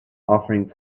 offering